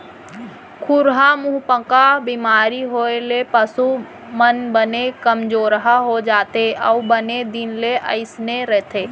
खुरहा मुहंपका बेमारी होए ले पसु मन बने कमजोरहा हो जाथें अउ बने दिन ले अइसने रथें